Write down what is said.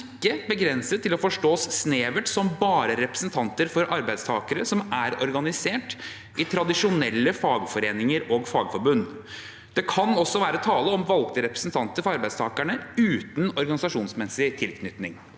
ikke begrenset til å forstås snevert som bare representanter for arbeidstakere som er organisert i tradisjonelle fagforeninger/fagforbund; det kan også være tale om valgte representanter for arbeidstakere uten organisasjonsmessig tilknytning.»